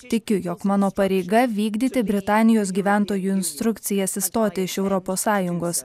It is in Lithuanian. tikiu jog mano pareiga vykdyti britanijos gyventojų instrukcijas išstoti iš europos sąjungos